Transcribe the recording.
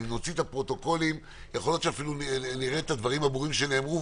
אם נוציא את הפרוטוקולים אולי נראה את הדברים הברורים שנאמרו,